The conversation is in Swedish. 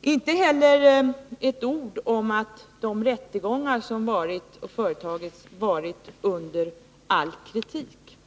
Inte heller ett ord har sagts om att de rättegångar som hållits varit under all kritik.